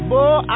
Boy